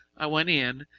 i went in